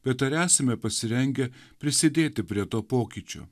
bet ar esame pasirengę prisidėti prie to pokyčio